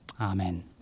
amen